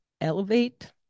elevate